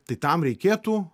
tai tam reikėtų